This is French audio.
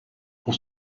pour